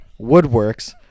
Woodworks